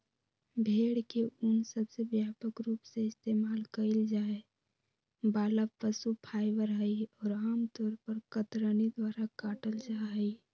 भेड़ के ऊन सबसे व्यापक रूप से इस्तेमाल कइल जाये वाला पशु फाइबर हई, और आमतौर पर कतरनी द्वारा काटल जाहई